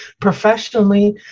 Professionally